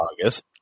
August